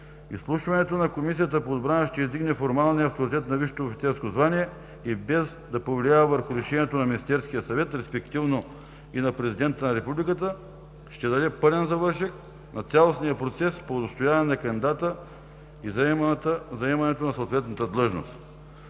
Изслушването на Комисията по отбрана ще издигне формалния авторитет на висшето офицерско звание и без да повлияе върху решението на Министерския съвет, респективно и на президента на Републиката, ще даде пълен завършек на цялостния процес по удостояване на кандидата и заемането на съответната длъжност.